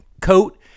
coat